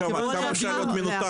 עד כמה אפשר להיות מנותק?